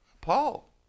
Paul